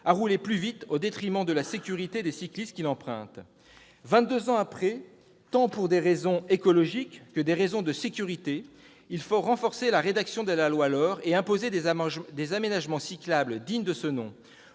à rouler plus vite au détriment de la sécurité des cyclistes qui l'empruntent. Vingt-deux ans après, tant pour des raisons écologiques que pour des raisons de sécurité, il faut renforcer la rédaction de la loi LAURE et imposer des aménagements cyclables dignes de ce nom,